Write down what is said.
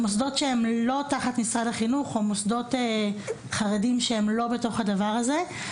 לא תחת משרד החינוך או מוסדות חרדים שהם לא בתוך הדבר הזה.